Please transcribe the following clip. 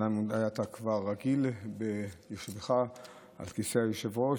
אומנם אולי אתה כבר רגיל ביושבך על כיסא היושב-ראש,